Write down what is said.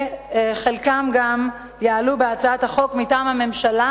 וחלקם גם יעלו בהצעת החוק מטעם הממשלה,